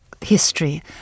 history